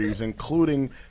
including